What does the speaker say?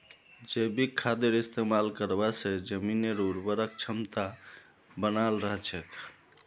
जैविक खादेर इस्तमाल करवा से जमीनेर उर्वरक क्षमता बनाल रह छेक